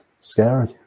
scary